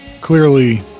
clearly